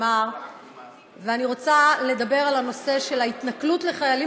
ואני רוצה לדבר על ההתנכלות לחיילים